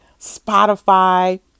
Spotify